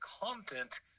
content